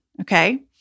Okay